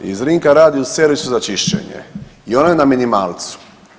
I Zrinka radi u servisu za čišćenje i ona je na minimalcu.